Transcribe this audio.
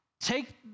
take